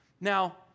Now